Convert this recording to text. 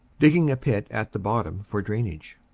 digging a pit at the bottom for drain age.